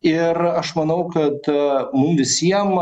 ir aš manau kad mum visiem